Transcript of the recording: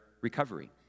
recovery